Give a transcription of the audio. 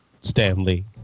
Stanley